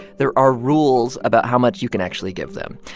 there are rules about how much you can actually give them.